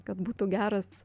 kad būtų geras